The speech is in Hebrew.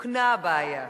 תוקנה הבעיה,